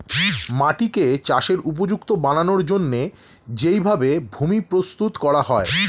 মাটিকে চাষের উপযুক্ত বানানোর জন্যে যেই ভাবে ভূমি প্রস্তুত করা হয়